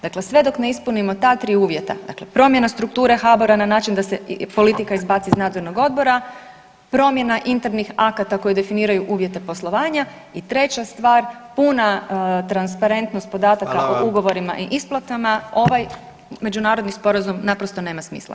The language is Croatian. Dakle, sve dok ne ispunimo ta 3 uvjeta, dakle promjene strukture HBOR-a na način da se politika izbaci iz nadzornog odbora, promjena internih akata koji definiraju uvjete poslovanja i treća stvar, puna transparentnost podataka po ugovorima i isplatama, ovaj međunarodni sporazum naprosto nema smisla.